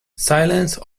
silence